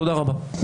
תודה רבה.